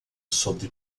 sobre